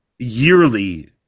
yearly